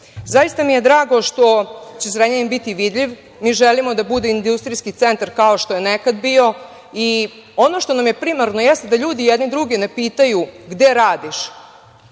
PDV-a. Zaista mi je drago što će Zrenjanin biti vidljiv. Mi želimo da bude industrijski centar, kao što je nekad bio i ono što nam je primarno jeste da ljudi jedni druge ne pitaju - gde radiš